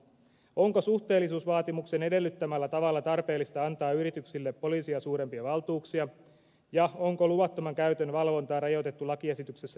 onko suhteellisuusvaatimuksen edellyttämällä tavalla tarpeellista antaa yrityksille poliisia suurempia valtuuksia ja onko luvattoman käytön valvontaa rajoitettu lakiesityksessä riittävästi